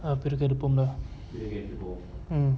mm